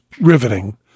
riveting